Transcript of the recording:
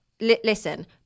Listen